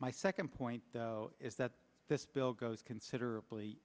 my second point is that this bill goes considerably